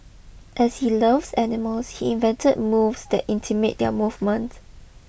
as he loves animals he invented moves that intimate their movements